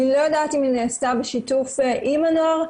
אני לא יודעת אם היא נעשתה בשיתוף עם הנוער,